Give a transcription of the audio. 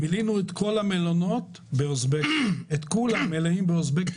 מילאנו את כל המלונות באוזבקים חולים.